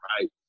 right